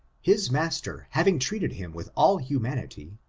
his master having treated him with all humanity,